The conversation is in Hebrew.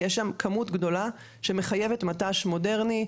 יש שם כמות גדולה שמחייבת מט"ש מודרני,